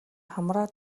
хамраа